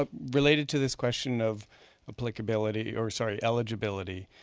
ah related to this question of applicability or sorry, eligibility,